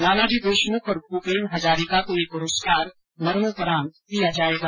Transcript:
नानाजी देशमुख और भूपेन हजारिका को यह पुरस्कार मरणोपरांत दिया जायेगा